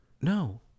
No